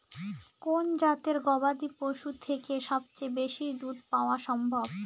কোন জাতের গবাদী পশু থেকে সবচেয়ে বেশি দুধ পাওয়া সম্ভব?